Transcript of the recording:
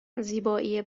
زیبایی